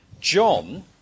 John